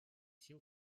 сил